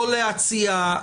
לא להציע,